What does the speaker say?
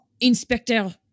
Inspector